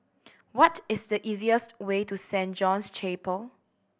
what is the easiest way to Saint John's Chapel